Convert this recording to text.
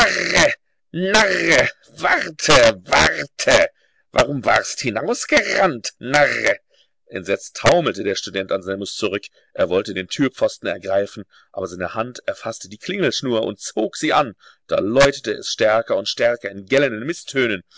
warum warst hinausgerannt narre entsetzt taumelte der student anselmus zurück er wollte den türpfosten ergreifen aber seine hand erfaßte die klingelschnur und zog sie an da läutete es stärker und stärker in gellenden